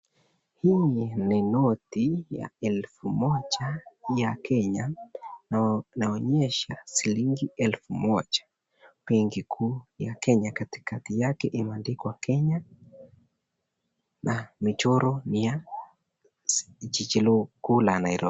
Huu ni noti ya elfu moja ya Kenya inaonyesha shilingi elfu moja, Benki Kuu ya Kenya. Katikati yake imeandikwa Kenya na michoro ni ya jiji kuu la Nairobi.